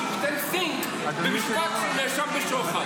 בשביל שייתן סינק במשפט של נאשם בשוחד